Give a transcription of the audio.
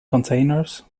connectors